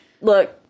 Look